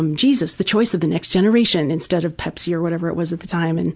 um jesus the choice of the next generation, instead of pepsi or whatever it was at the time. and